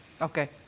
Okay